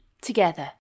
together